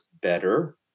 better